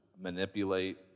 manipulate